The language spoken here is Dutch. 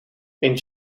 een